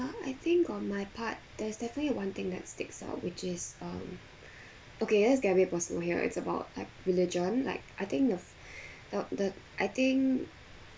I think on my part there's definitely one thing that sticks out which is um okay let's get a bit personal here it's about like religion like I think the the the I think